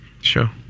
Sure